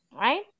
Right